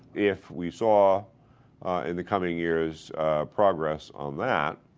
if we saw in the coming years progress on that,